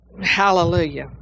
hallelujah